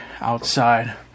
outside